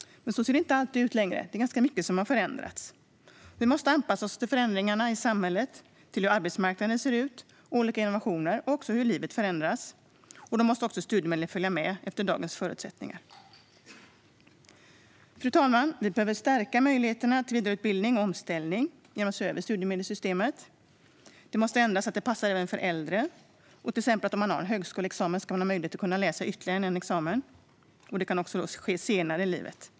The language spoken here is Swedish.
Så ser det inte alltid ut längre. Det är ganska mycket som har förändrats. Vi måste anpassa oss till förändringarna i samhället, till hur arbetsmarknaden ser ut, till olika innovationer och också till hur livet förändras. Då måste också studiemedlen följa dagens förutsättningar. Fru talman! Vi behöver stärka möjligheterna till vidareutbildning och omställning genom att se över studiemedelssystemet. Det måste ändras så att det passar även för äldre. Om man har en högskoleexamen ska man ha möjlighet att läsa in ytterligare en examen, och det ska också kunna ske senare i livet.